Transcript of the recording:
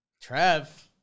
Trev